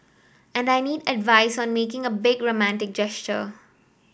and I need advice on making a big romantic gesture